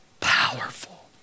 powerful